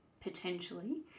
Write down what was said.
potentially